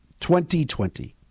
2020